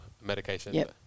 medication